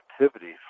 activity